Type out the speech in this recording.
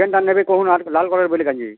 କେନ୍ତା ନେବେ କହୁନ୍ ଆର୍ ଲାଲ୍ କଲର୍ ବୋଲେ କାଏଁଜି